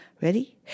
ready